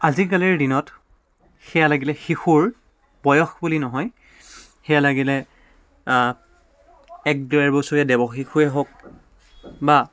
আজিকালিৰ দিনত সেয়া লাগিলে শিশুৰ বয়স বুলি নহয় সেয়া লাগিলে এক দেৰ বছৰীয়া দেৱশিশুৱেই হওক বা